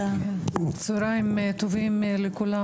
כן, צוהריים טובים לכולם.